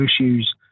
issues